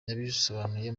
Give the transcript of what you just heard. yabisobanuye